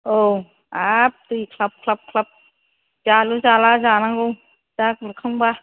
औ हाब दै ख्लाब ख्लाब ख्लाब जालु जाला जानांगौ दा गुरखांबा